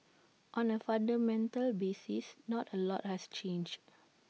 on A fundamental basis not A lot has changed